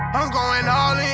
i'm goin